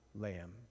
lamb